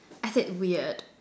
I said weird